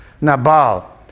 Nabal